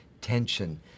tension